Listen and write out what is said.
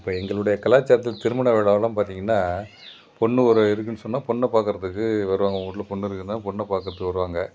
இப்போ எங்களோடய கலாச்சாரத்தில் திருமண விழாவெல்லாம் பார்த்தீங்கனா பொண்ணு ஒரு இருக்குதுனு சொன்னால் பொண்ணை பார்க்குறதுக்கு வருவாங்க உங்கள் ஊரில் பொண்ணு இருக்குனால் பொண்ணை பார்க்குறதுக்கு வருவாங்க